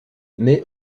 mais